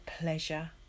pleasure